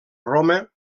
roma